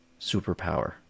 superpower